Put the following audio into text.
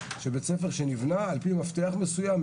שבית ספר שנבנה על פי מפתח מסויים,